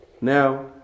Now